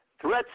threats